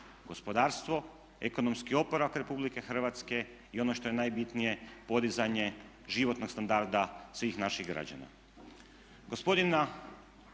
gospodarstvo, ekonomski oporavak Republike Hrvatske i ono što je najbitnije podizanje životnog standarda svih naših građana.